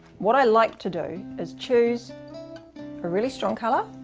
what i like to do is choose a really strong color,